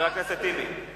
לא מקובל שיושב-ראש הישיבה,